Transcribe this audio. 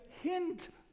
hint